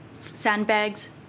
sandbags